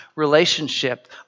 relationship